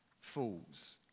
fools